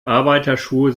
arbeiterschuhe